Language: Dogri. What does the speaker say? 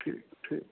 ठीक ऐ ठीक ऐ